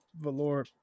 Valor